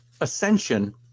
ascension